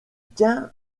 tient